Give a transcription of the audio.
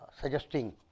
suggesting